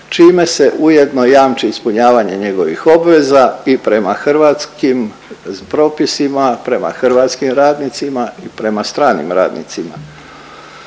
čime se ujedno jamči ispunjavanje njegovih obveza i prema hrvatskim propisima, prema hrvatskim radnicima i prema stranim radnicima.